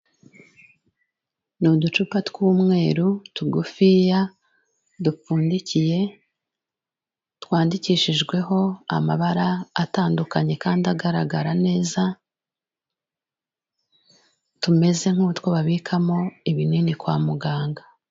Ni uducupa tw'umweru tugufiya dupfundikiye, twandikishijweho amabara atandukanye kandi agaragara neza, tumeze nk'utwo babikamo ibinini kwa muganga.